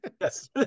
yes